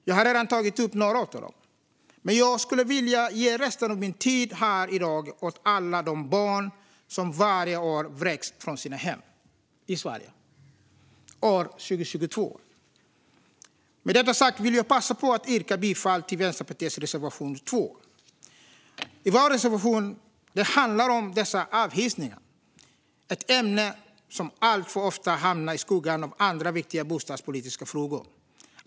Jag har redan tagit upp några av dem, men jag skulle vilja ägna resten av min tid här i dag åt alla de barn som varje år vräks från sina hem - i Sverige, år 2022. Men detta sagt vill jag passa på att yrka bifall till Vänsterpartiets reservation 2. Vår reservation handlar om dessa avhysningar, ett ämne som alltför ofta hamnar i skuggan av andra viktiga bostadspolitiska frågor.